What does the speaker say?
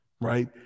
right